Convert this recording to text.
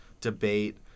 debate